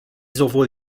sowohl